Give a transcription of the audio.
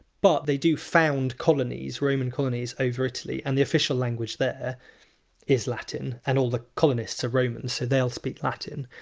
but they do found roman colonies over italy, and the official language there is latin and all the colonists are romans so they'll speak latin.